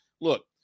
look